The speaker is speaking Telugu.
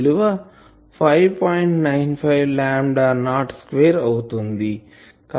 95 లాంబ్డా నాట్ స్క్వేర్ అవుతుంది